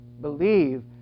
believe